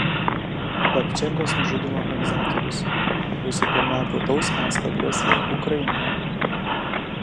babčenkos nužudymo organizatorius rusai planuoja plataus masto agresiją ukrainoje